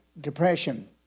Depression